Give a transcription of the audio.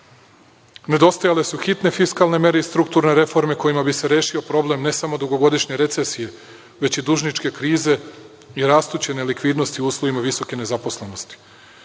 ambisa. Nedostajale su hitne fiskalne mere i strukture reforme kojima bi se rešio problem ne samo dugogodišnje recesije već i dužničke krize i rastuće nelikvidnosti u uslovima visoke nezaposlenosti. Alarmantno